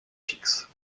fixe